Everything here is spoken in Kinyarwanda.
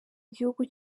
gihugu